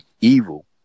evil